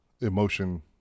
emotion